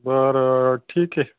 बरं ठीक आहे